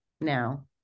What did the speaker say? now